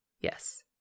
Yes